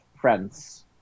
friends